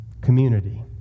community